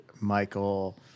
michael